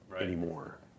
anymore